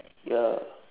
ya